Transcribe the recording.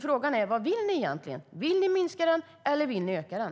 Frågan är vad ni egentligen vill. Vill ni minska den, eller vill ni öka den?